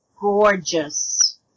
Gorgeous